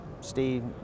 Steve